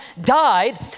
died